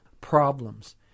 problems